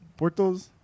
Portos